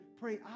pray